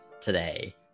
today